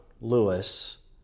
Lewis